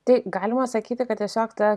tai galima sakyti kad tiesiog ta